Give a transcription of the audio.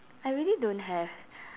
I really don't have